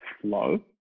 flow